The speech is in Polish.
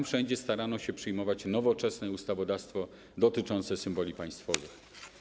Wszędzie tam starano się przyjmować nowoczesne ustawodawstwo dotyczące symboli państwowych.